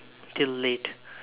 till late